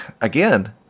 again